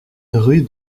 rue